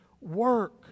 work